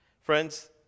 Friends